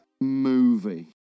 movie